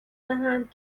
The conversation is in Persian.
دهند